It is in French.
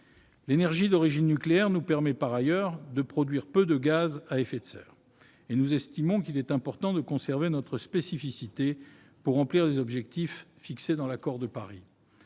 L'énergie d'origine nucléaire nous permet par ailleurs de produire peu de gaz à effet de serre. Nous estimons qu'il est important de conserver notre spécificité pour atteindre les objectifs fixés dans l'accord de Paris.